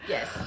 Yes